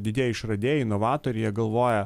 didieji išradėjai novatoriai jie galvoja